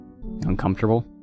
uncomfortable